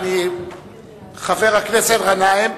חבר הכנסת גנאים,